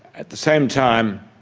at the same time,